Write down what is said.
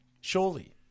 surely